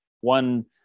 one